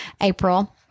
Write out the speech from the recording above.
April